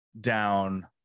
down